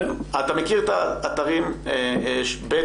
אתה מכיר את האתרים ב/365?